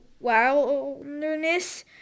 wilderness